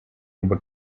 ибо